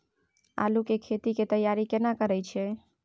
आलू के खेती के तैयारी केना करै छै?